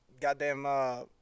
goddamn